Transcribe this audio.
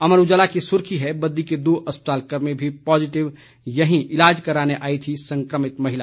अमर उजाला की सुर्खी है बद्दी के दो अस्पताल कर्मी भी पॉजिटिव यहीं इलाज कराने आई थी संक्रमति महिला